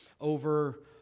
over